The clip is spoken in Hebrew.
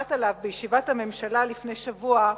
שהוחלט עליו בישיבת הממשלה לפני שבוע,